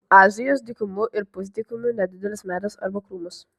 azijos dykumų ir pusdykumių nedidelis medis arba krūmas